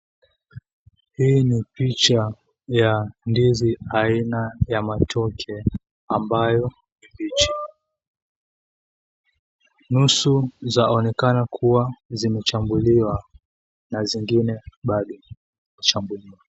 Hii ni picha ya ndizi aina ya matoke ambayo ni mbichi, nusu zaonekana kuwa zimechambuliwa na zingine bado hazijachambuliwa.